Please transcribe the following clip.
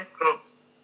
groups